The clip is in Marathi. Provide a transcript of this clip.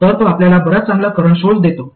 तर तो आपल्याला बराच चांगला करंट सोर्स देतो